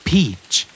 Peach